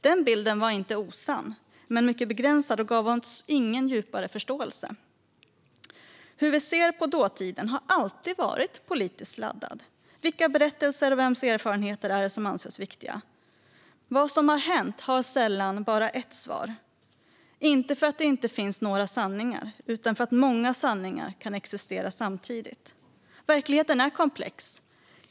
Den bilden var inte osann, men den var mycket begränsad och gav oss ingen djupare förståelse. Hur vi ser på dåtiden har alltid varit politiskt laddat. Vilka berättelser och vems erfarenheter är det som anses viktiga? Vad som har hänt har sällan bara ett svar - inte för att det inte finns några sanningar utan för att många sanningar kan existera samtidigt. Verkligheten är komplex.